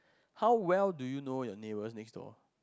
how well do you know your neighbours next door